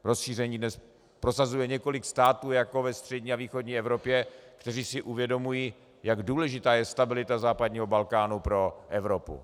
Rozšíření dnes prosazuje několik států jako ve střední a východní Evropě, které si uvědomují, jak důležitá je stabilita západního Balkánu pro Evropu.